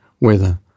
weather